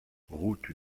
route